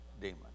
demon